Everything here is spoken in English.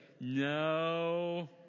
no